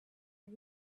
are